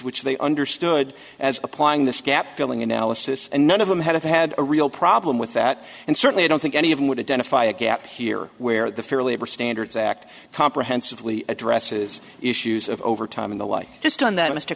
which they understood as applying this gap filling analysis and none of them have had a real problem with that and certainly i don't think any of them would identify a gap here where the fair labor standards act comprehensively addresses issues of over time in the light just on that mr